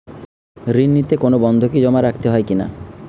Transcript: ঋণ নিতে কোনো বন্ধকি জমা রাখতে হয় কিনা?